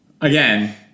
again